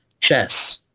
chess